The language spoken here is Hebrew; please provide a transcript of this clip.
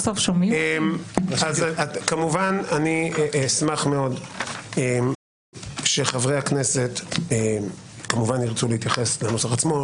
אני אשמח מאוד שחברי הכנסת ירצו להתייחס לנוסח עצמו,